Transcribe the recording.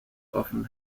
often